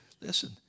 listen